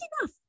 enough